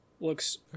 looks